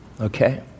okay